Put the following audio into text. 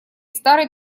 старый